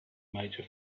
major